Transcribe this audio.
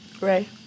Right